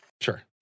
Sure